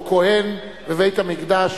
או כוהן בבית-המקדש,